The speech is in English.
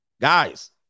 guys